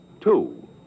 Two